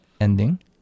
ending